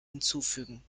hinzufügen